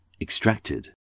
Extracted